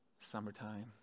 summertime